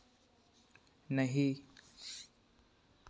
नहीं